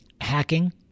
hacking